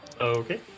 okay